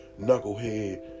Knucklehead